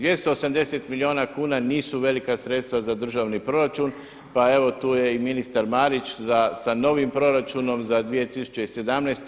280 milijuna kuna nisu velika sredstva za državni proračun, pa evo tu je i ministar Marić sa novim proračunom za 2017.